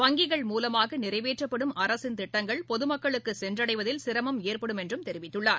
வங்கிகள் மூலமாக நிறைவேற்றப்படும் அரசின் திட்டங்கள் பொதுமக்களுக்கு சென்றடைவதில் சிரமம் ஏற்படும் என்றும் தெரிவித்துள்ளார்